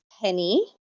Penny